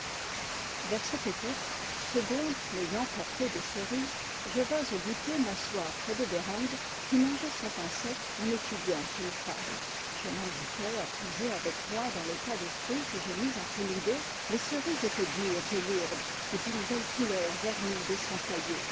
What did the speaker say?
vers cette époque segonde m'ayant porté des cerises je vins au goûter m'asseoir près de bereng qui mangeait son pain sec en étudiant une fable je l'invitai à puiser avec moi dans le tas de fruits que je mis entre nous deux les cerises étaient dures et lourdes et d'une belle couleur vernie de sang